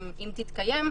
אם תתקיים,